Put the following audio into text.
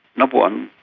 number one,